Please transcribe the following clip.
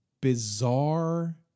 bizarre